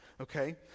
okay